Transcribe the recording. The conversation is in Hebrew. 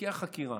בתיקי החקירה,